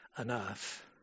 enough